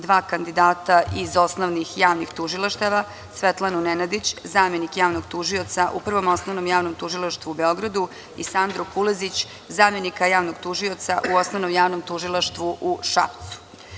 Dva kandidata iz Osnovnih javnih tužilaštava Svetlanu Nenadić, zamenik javnog tužioca u Prvom osnovnom javnom tužilaštvu u Beogradu i Sandru Kulezić, zamenika javnog tužioca u Osnovnom javnom tužilaštvu u Šapcu.